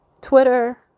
Twitter